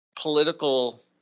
political